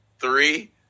Three